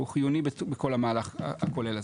הוא חיוני בכל המהלך הכולל הזה.